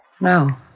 No